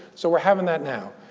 so we're having that now.